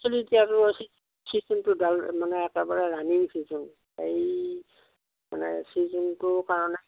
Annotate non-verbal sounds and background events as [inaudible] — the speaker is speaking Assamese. একচুৱেলি এতিয়া আৰু [unintelligible] চিজনটো ডাল মানে একেবাৰে ৰাণিং চিজন এই মানে চিজনটোৰ কাৰণে